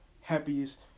happiest